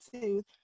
tooth